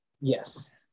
Yes